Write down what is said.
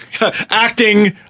acting